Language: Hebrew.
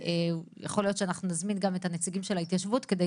יכול להיות שאנחנו נזמין גם את הנציגים של ההתיישבות כדי